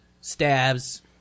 stabs